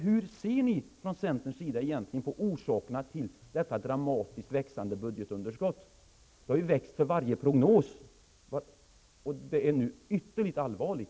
Hur ser ni i centern egentligen på orsakerna till det dramatiskt växande budgetunderskottet? Det har ju växt för varje prognos. Det är nu ytterligt allvarligt.